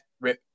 Rip